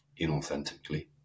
inauthentically